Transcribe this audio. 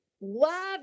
love